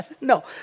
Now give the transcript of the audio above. No